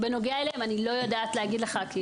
בנוגע אליהם, אני לא יודעת להגיד לך.